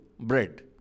bread